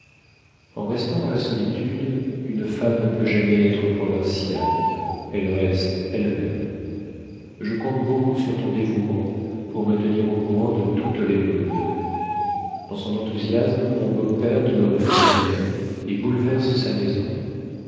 en restant dans la solitude une femme ne peut jamais être provinciale elle reste elle-même je compte beaucoup sur ton dévouement pour me tenir au courant de toutes les modes dans son enthousiasme mon beau-père ne me refuse rien et bouleverse sa maison